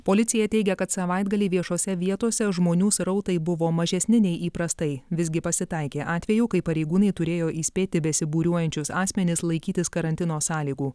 policija teigia kad savaitgalį viešose vietose žmonių srautai buvo mažesni nei įprastai visgi pasitaikė atvejų kai pareigūnai turėjo įspėti besibūriuojančius asmenis laikytis karantino sąlygų